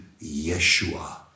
Yeshua